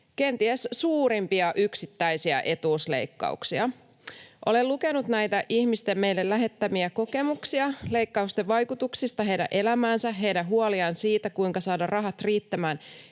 kenties suurimmista yksittäisistä etuusleikkauksista. Olen lukenut näitä ihmisten meille lähettämiä kokemuksia leikkausten vaikutuksista heidän elämäänsä, heidän huoliaan siitä, kuinka saada rahat riittämään